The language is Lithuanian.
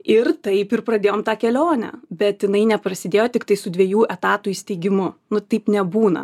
ir taip ir pradėjom tą kelionę bet jinai neprasidėjo tiktai su dviejų etatų įsteigimu nu taip nebūna